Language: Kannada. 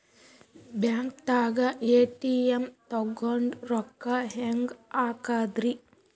ಬ್ಯಾಂಕ್ದಾಗ ಎ.ಟಿ.ಎಂ ತಗೊಂಡ್ ರೊಕ್ಕ ಹೆಂಗ್ ಹಾಕದ್ರಿ?